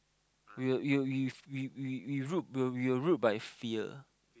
we we we we were ruled by fear